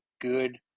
good